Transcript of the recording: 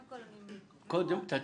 כן.